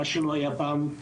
מה שלא היה פעם.